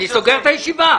אני סוגר את הישיבה.